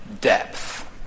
depth